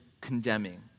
condemning